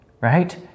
right